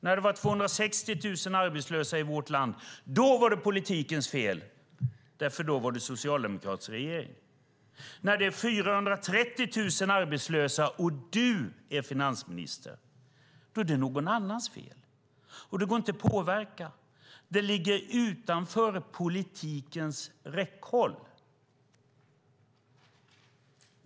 När det var 260 000 arbetslösa i vårt land var det politikens fel därför att det då var en socialdemokratisk regering. När det är 430 000 arbetslösa och du är finansminister är det någon annans fel, och det går inte att påverka. Det ligger utanför politikens räckhåll.